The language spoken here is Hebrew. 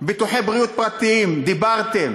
ביטוחי בריאות פרטיים, דיברתם.